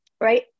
Right